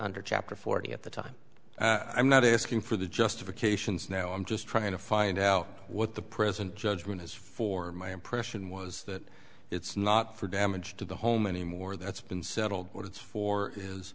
under chapter forty at the time i'm not asking for the justifications now i'm just trying to find out what the present judgment is for my impression was that it's not for damage to the home anymore that's been settled what it's for is